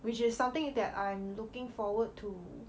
which is something that I am looking forward to